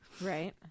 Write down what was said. Right